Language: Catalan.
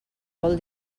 vol